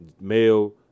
male